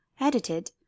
edited